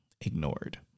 ignored